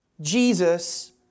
Jesus